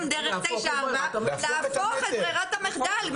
בעצם רוצים דרך 9א(4) להפוך את ברירת החדל.